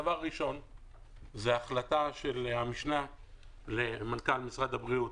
הדבר הראשון הוא ההחלטה של המשנה למנכ"ל משרד הבריאות,